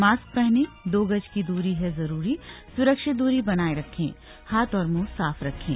mask पहने दो गज की दूरी है जरूरी सुरक्षित दूरी बनाए रखें हाथ और मुंह साफ रखें